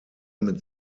mit